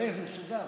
זה מסודר.